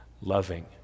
loving